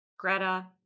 Greta